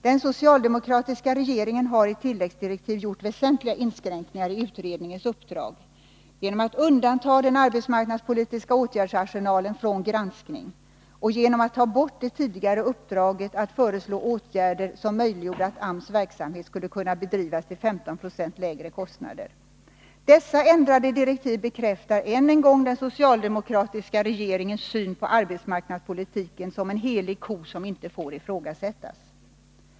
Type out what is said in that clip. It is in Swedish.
Den socialdemokratiska regeringen har i tilläggsdirektiv gjort en väsentlig inskränkning i utredningens uppdrag genom att undanta den arbetsmarknadspolitiska åtgärdsarsenalen från granskning och genom att ta bort det tidigare utredningsuppdraget att föreslå åtgärder, som möjliggjorde att AMS verksamhet kunde bedrivas till 15 90 lägre kostnader. Dessa ändrade direktiv bekräftar än en gång den socialdemokratiska regeringens syn på arbetsmarknadspolitiken som en helig ko, som över huvud taget inte får ifrågasättas.